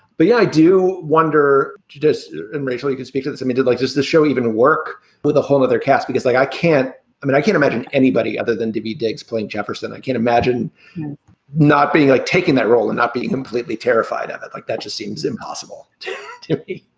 but yeah i do wonder just amazingly, just because i mean, did like just this show even work with a whole other cast? because, like, i can't i mean, i can't imagine anybody other than to be dig's playing jefferson. i can't imagine not being, like, taking that role and not being completely terrified of it like that just seems impossible to me.